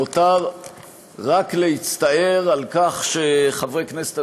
נותר רק להצטער על כך שלחברי כנסת,